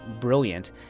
brilliant